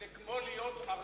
לשיר זה כמו להיות ארדן.